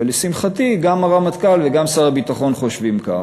ולשמחתי, גם הרמטכ"ל וגם שר הביטחון חושבים כך.